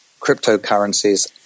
cryptocurrencies